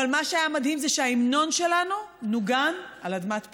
אבל מה שהיה מדהים זה שההמנון שלנו נוגן על אדמת פולין.